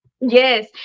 Yes